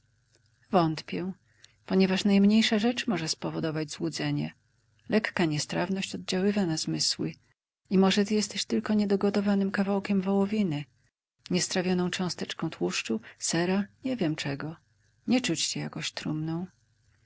wątpię ponieważ najmniejsza rzecz może spowodować złudzenie lekka niestrawność oddziaływa na zmysły i może ty jesteś tylko niedogotowanym kawałkiem wołowiny niestrawioną cząsteczką tłuszczu sera nie wiem czego nie czuć cię jakoś trumną